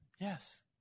yes